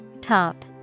Top